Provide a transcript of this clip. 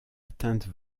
atteinte